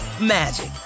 magic